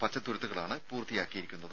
പച്ചത്തുരുത്തുകളാണ് പൂർത്തിയാക്കിയിരിക്കുന്നത്